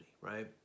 right